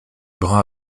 brin